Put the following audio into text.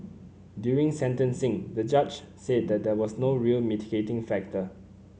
during sentencing the judge said that there was no real mitigating factor